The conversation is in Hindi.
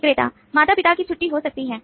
विक्रेता माता पिता की छुट्टी हो सकती है